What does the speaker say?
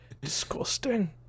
Disgusting